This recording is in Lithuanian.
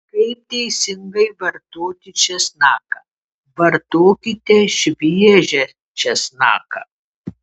kaip teisingai vartoti česnaką vartokite šviežią česnaką